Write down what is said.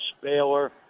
Baylor